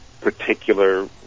particular